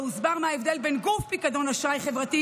לא הוסבר מה ההבדל בין גוף פיקדון ואשראי חברתי